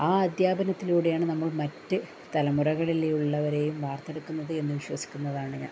ആ അധ്യാപനത്തിലൂടെയാണ് നമ്മള് മറ്റ് തലമുറകളിലുള്ളവരെയും വാർത്തെടുക്കുന്നത് എന്ന് വിശ്വസിക്കുന്നതാണ് ഞാൻ